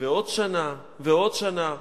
ועוד שנה ועוד שנה,